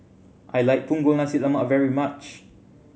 I like Punggol Nasi Lemak very much